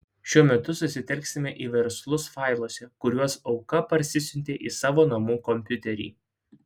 šiuo metu susitelksime į verslus failuose kuriuos auka parsisiuntė į savo namų kompiuterį